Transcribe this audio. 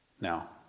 Now